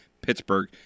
Pittsburgh